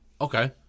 Okay